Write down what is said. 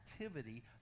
activity